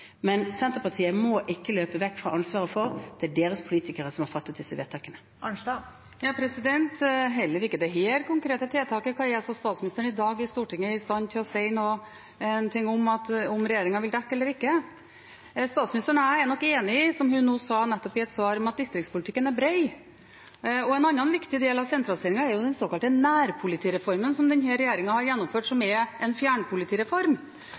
men Senterpartiet må ikke løpe vekk fra ansvaret, for det er deres politikere som har fattet disse vedtakene. Marit Arnstad – til oppfølgingsspørsmål. Heller ikke dette konkrete tiltaket er altså statsministeren i dag i Stortinget i stand til å si om regjeringen vil dekke eller ikke. Statsministeren og jeg er nok enig i, som hun nettopp sa i et svar, at distriktspolitikken er bred. En annen viktig del av sentraliseringen er den såkalte nærpolitireformen, som denne regjeringen har gjennomført, og som er en fjernpolitireform.